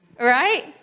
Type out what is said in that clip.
Right